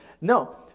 No